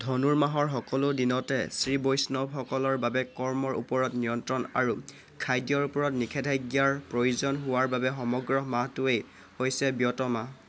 ধনুৰমাহৰ সকলো দিনতে শ্ৰীবৈষ্ণৱসকলৰ বাবে কৰ্মৰ ওপৰত নিয়ন্ত্ৰণ আৰু খাদ্যৰ ওপৰত নিষেধাজ্ঞাৰ প্ৰয়োজন হোৱাৰ বাবে সমগ্ৰ মাহটোৱেই হৈছে ব্য়ত মাহ